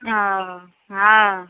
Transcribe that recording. हँ हँ